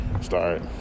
start